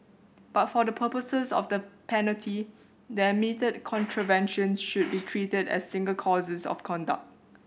but for the purposes of the penalty the admitted contraventions should be treated as single courses of conduct